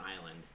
island